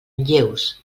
lleus